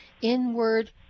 inward